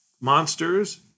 monsters